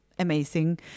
amazing